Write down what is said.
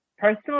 personal